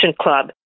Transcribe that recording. Club